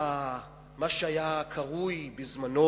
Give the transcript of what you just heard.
מה שהיה קרוי בזמנו,